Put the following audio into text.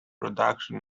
production